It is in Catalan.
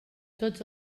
tots